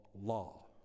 law